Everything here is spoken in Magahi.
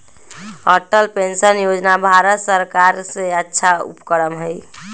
अटल पेंशन योजना भारत सर्कार के अच्छा उपक्रम हई